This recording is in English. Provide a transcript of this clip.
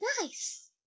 nice